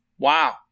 Wow